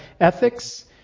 ethics